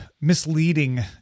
misleading